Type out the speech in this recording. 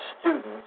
students